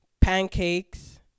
Pancakes